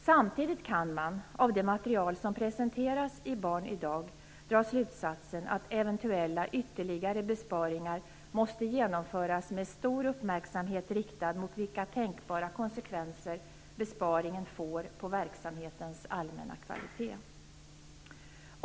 Samtidigt kan man, av det material som presenteras i Barn idag, dra slutsatsen att eventuella ytterligare besparingar måste genomföras med stor uppmärksamhet riktad mot vilka tänkbara konsekvenser besparingen får på verksamhetens allmänna kvalitet.